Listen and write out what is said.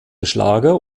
schlager